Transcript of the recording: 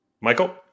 michael